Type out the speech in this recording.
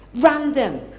Random